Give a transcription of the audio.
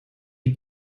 die